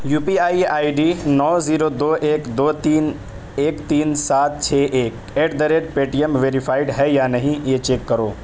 you P I I D نو zero دو ایک دو تین ایک تین سات چھ ایک ایٹ دا ریٹ پے ٹی ایم ویریفائڈ ہے یا نہیں یہ چیک کرو